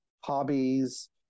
hobbies